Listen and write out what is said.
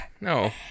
No